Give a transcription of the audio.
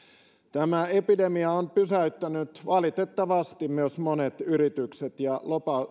tämä epidemia on pysäyttänyt valitettavasti myös monet yritykset ja